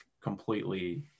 completely